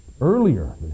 earlier